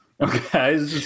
Okay